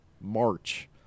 March